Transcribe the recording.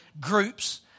groups